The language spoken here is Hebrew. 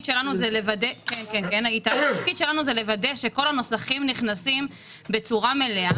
שלנו הוא לוודא שכל הנוסחים נכנסים בצורה מלאה.